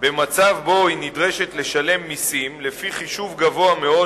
במצב שבו היא נדרשת לשלם מסים לפי חישוב גבוה מאוד,